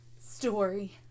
story